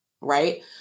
Right